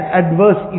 adverse